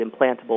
implantable